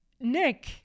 Nick